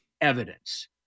evidence